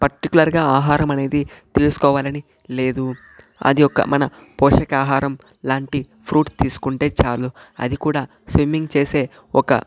particular గా ఆహారం అనేది తీసుకోవాలని లేదు అది ఒక మన పోషక ఆహారం లాంటి ఫ్రూట్ తీసుకుంటే చాలు అది కూడా స్విమ్మింగ్ చేసే ఒక